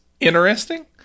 Interesting